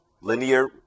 linear